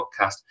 podcast